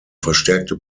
verstärkte